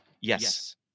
yes